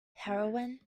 heroine